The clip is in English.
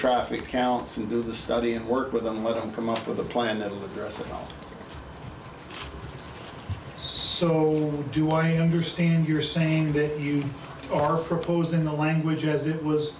traffic counts and do the study and work with them let them come up with a plan that addresses some of the we do i understand you're saying that you are proposing the language as it was